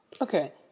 Okay